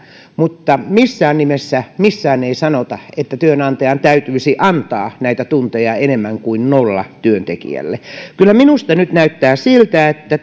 mutta missään nimessä missään ei sanota että työnantajan täytyisi antaa näitä tunteja enemmän kuin nolla työntekijälle kyllä minusta nyt näyttää siltä että